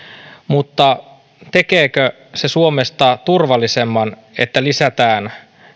mutta tekeekö se suomesta turvallisemman että lisätään